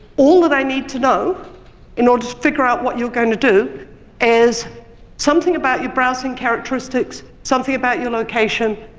all that i need to know in order to figure out what you're going to do is something about your browsing characteristics, something about your location,